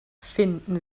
finden